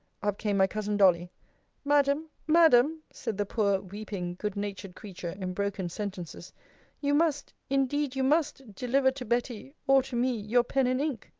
up came my cousin dolly madam madam! said the poor weeping, good natured creature, in broken sentences you must indeed you must deliver to betty or to me your pen and ink.